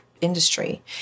industry